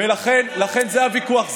לכן זה הוויכוח.